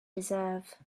deserve